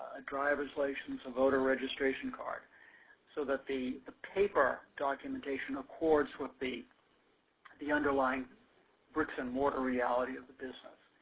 a drivers license, a voter registration card so that the the paper documentation of course would be the underlined bricks and mortar reality of the business.